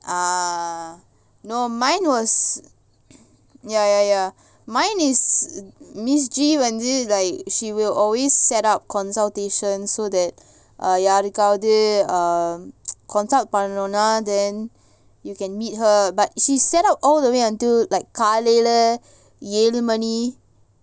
ah no mine was ya ya ya mine is miss G படிக்கமாட்டாங்க:padikkamatanga like she will always set up consultation so that err yeah யாருக்காவது:yarukavathu um consult பண்ணனும்னா:pannanumna you can meet her but she set up all the way until like காலைலஏழுமணி:kalaila elumani